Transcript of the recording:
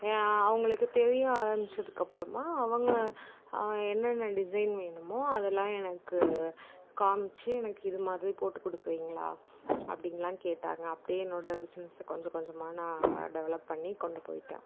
ஏன் அவங்களுக்கு தெரிய ஆரமிச்சதுக்கு அப்புறமா அவங்க என்னென்ன டிசைன் வேணுமோ அதெல்லாம் எனக்கு காமிச்சு எனக்கு இது மாதிரி போட்டு கொடுக்குறீங்ளா அப்படினுலாம் கேட்டாங்க அப்படியே என்னோட பிஸ்னஸ்ச கொஞ்சம் கொஞ்சமாக நான் டெவலப் பண்ணி கொண்டு போய்ட்டேன்